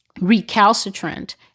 recalcitrant